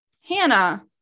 Hannah